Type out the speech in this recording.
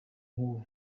nk’uwo